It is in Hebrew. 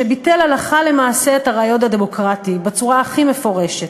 שביטל הלכה למעשה את הרעיון הדמוקרטי בצורה הכי מפורשת.